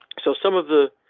so some of the.